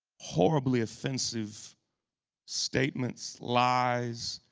horribly offensive statements, lies,